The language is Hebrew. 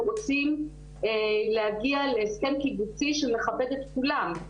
אנחנו רוצים להגיע להסכם קיבוצי שמכבד את כולם,